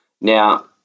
Now